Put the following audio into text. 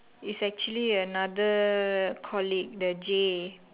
is actually another colleague the J